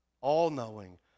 all-knowing